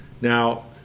Now